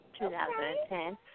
2010